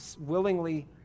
willingly